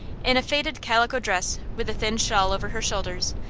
in a faded calico dress with a thin shawl over her shoulders,